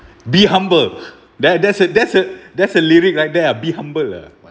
be humble there that's a that's a that's a lyric right like there ah be humble ah